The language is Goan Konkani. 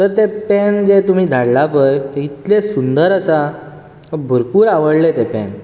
तें पॅन जें तुमी धाडला पळय इतलें सुंदर आसा भरपूर आवडलें तें पॅन